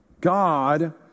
God